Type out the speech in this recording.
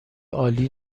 عالی